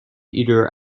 either